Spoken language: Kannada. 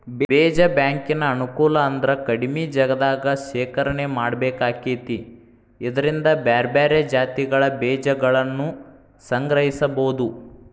ಬೇಜ ಬ್ಯಾಂಕಿನ ಅನುಕೂಲ ಅಂದ್ರ ಕಡಿಮಿ ಜಗದಾಗ ಶೇಖರಣೆ ಮಾಡ್ಬೇಕಾಕೇತಿ ಇದ್ರಿಂದ ಬ್ಯಾರ್ಬ್ಯಾರೇ ಜಾತಿಗಳ ಬೇಜಗಳನ್ನುಸಂಗ್ರಹಿಸಬೋದು